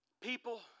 people